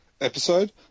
episode